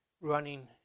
running